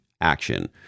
action